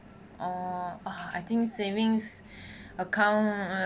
oh !wah! I think savings account